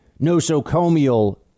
nosocomial